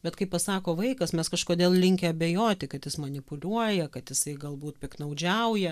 bet kai pasako vaikas mes kažkodėl linkę abejoti manipuliuoja kad jisai galbūt piktnaudžiauja